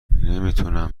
نمیتونم